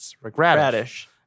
Radish